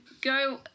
go